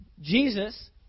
Jesus